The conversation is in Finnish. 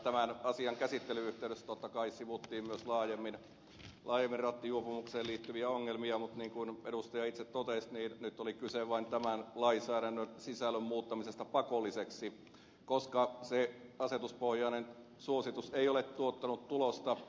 tämän asian käsittelyn yhteydessä totta kai sivuttiin myös laajemmin rattijuopumukseen liittyviä ongelmia mutta niin kuin edustaja itse totesi nyt oli kyse vain tämän lainsäädännön sisällön muuttamisesta pakolliseksi koska se asetuspohjainen suositus ei ole tuottanut tulosta